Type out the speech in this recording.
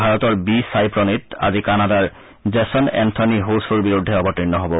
ভাৰতৰ বি ছাই প্ৰণীত আজি কানাডাৰ জেছন এন্থনী হো ছুৰ বিৰুদ্ধে অৱতীৰ্ণ হব